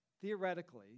Theoretically